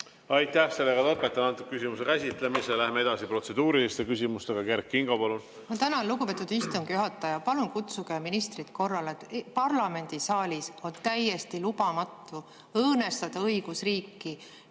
Aitäh! Lõpetan selle küsimuse käsitlemise. Läheme edasi protseduuriliste küsimustega. Kert Kingo, palun! Ma tänan, lugupeetud istungi juhataja! Palun kutsuge ministrit korrale. Parlamendisaalis on täiesti lubamatu õõnestada õigusriiki,